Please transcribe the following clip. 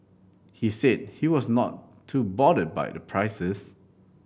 he said he was not too bothered by the prices